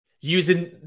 using